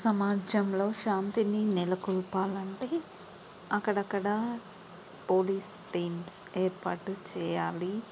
సమాజంలో శాంతిని నెలకొల్పాలంటే అక్కడక్కడ పోలీస్ టీమ్స్ ఏర్పాటు చేయాలి